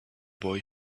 boy